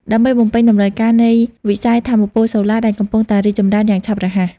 ដើម្បីបំពេញតម្រូវការនៃវិស័យថាមពលសូឡា ដែលកំពុងតែរីកចម្រើនយ៉ាងឆាប់រហ័ស។